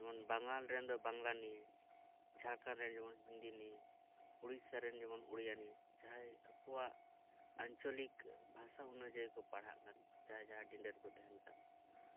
ᱡᱮᱢᱚᱱ ᱵᱟᱝᱟᱞ ᱨᱮᱱ ᱫᱚ ᱵᱟᱝᱞᱟ ᱱᱤᱭᱮ ᱡᱷᱟᱲᱠᱷᱚᱸᱰ ᱨᱮᱱ ᱡᱮᱢᱚᱱ ᱦᱤᱱᱫᱤ ᱱᱤᱭᱮ ᱩᱲᱤᱥᱥᱟ ᱨᱮᱱ ᱡᱮᱢᱚᱱ ᱩᱲᱤᱭᱟ ᱱᱤᱭᱮ ᱡᱟᱦᱟᱸᱭ ᱟᱠᱚᱣᱟᱜ ᱟᱧᱪᱚᱞᱤᱠ ᱵᱷᱟᱥᱟ ᱚᱱᱩᱡᱟᱭᱤ ᱠᱚ ᱯᱟᱲᱦᱟᱜ ᱠᱟᱱ ᱡᱟᱦᱟᱸᱭ ᱡᱟᱦᱟᱸ ᱰᱤᱱᱰᱟᱹ ᱨᱮᱠᱚ ᱛᱟᱦᱮᱱ ᱠᱟᱱ